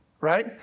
Right